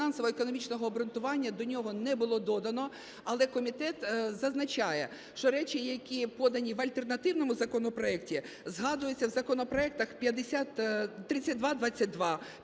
фінансово-економічного обґрунтування до нього не було додано. Але комітет зазначає, що речі, які подані в альтернативному законопроекті, згадуються в законопроектах 3222,